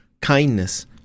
kindness